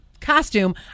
costume